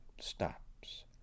stops